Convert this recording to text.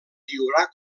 lliurar